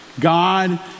God